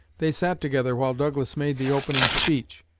they sat together while douglas made the opening speech.